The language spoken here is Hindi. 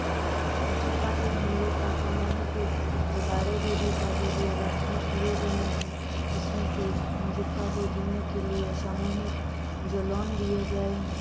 जीविका से हम लोगों का सामूहिक जो बाडू दीदी का जो व्यवस्था किए गए है उसमें से जीविका को जीने के लिए सामूहिक जो लोन लिए गए हैं